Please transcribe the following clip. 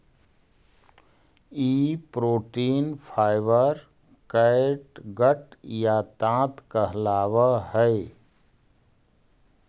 ई protein fibre catgut या ताँत कहलावऽ हई